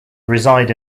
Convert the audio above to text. reside